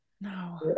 No